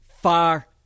far